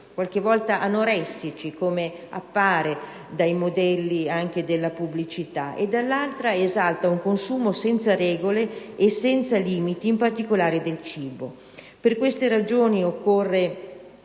qualche volta anoressici, come appare dai modelli della pubblicità - e dall'altra esalta un consumo senza regole e senza limiti, in particolare del cibo. Per queste ragioni occorre